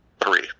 Three